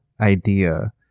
idea